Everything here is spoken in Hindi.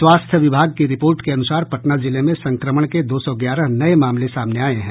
स्वास्थ्य विभाग की रिपोर्ट के अनुसार पटना जिले में संक्रमण के दो सौ ग्यारह नये मामले सामने आये हैं